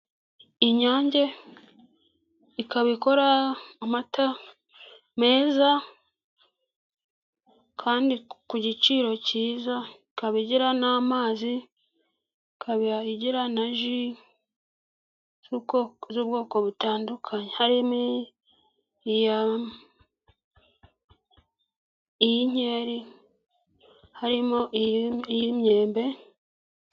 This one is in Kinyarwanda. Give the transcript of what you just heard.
Inyange ikaba ikora amata meza kandi ku giciro cyiza, ikaba igira n'amazi, ikaba igira na juice z'ubwoko butandukanye harimo inkeri n'imyembe.